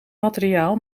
materiaal